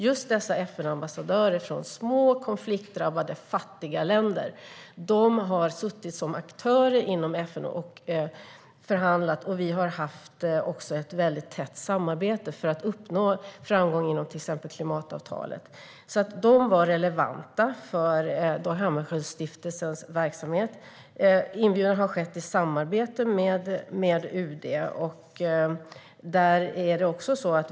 Just dessa FN-ambassadörer från små, konfliktdrabbade och fattiga länder har suttit som aktörer inom FN och förhandlat. Vi har haft ett väldigt tätt samarbete med dem för att nå framgång inom till exempel klimatavtalet, så de var relevanta för Dag Hammarskjöldstiftelsens verksamhet. Inbjudan har skett i samarbete med UD.